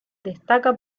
destaca